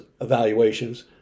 evaluations